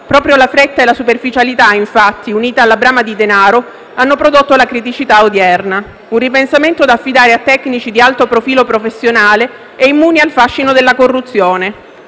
Proprio la fretta e la superficialità, infatti, unite alla brama di denaro, hanno prodotto la criticità odierna. Un ripensamento da affidare a tecnici di alto profilo professionale e immuni al fascino della corruzione.